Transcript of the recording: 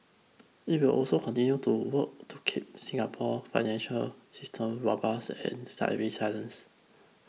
it will also continue to work to keep Singapore financial system robust and resilience